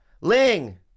Ling